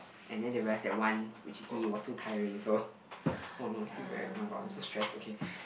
and then they realised that one which is me was so tiring so oh no I feel very oh-my-god I'm so stressed okay